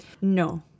No